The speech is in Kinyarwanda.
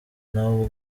nawe